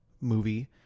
movie